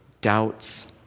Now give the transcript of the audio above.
doubts